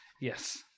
yes